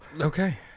okay